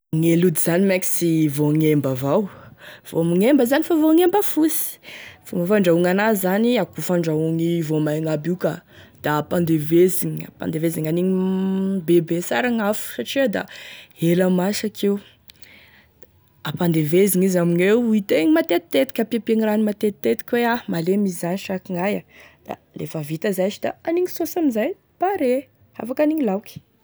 Gne lojy zany mein koa sy voagnemba avao voagnemba zany fa voagnemba fosy fomba fandrahoagny an'azy zany ako fandrahoagny voamaigny aby io ka da ampandevezigny ampandevezigny anigny bebe sara gn'afo satria da ela masaky io ampandevezigny izy amigneo hitegny matetitetiky ampiagny rano matetitetiky hoe ah malemy izy za sa akognaia da lefa vita zay sh da anigny saosy amin'izay paré afaky anigny laoky.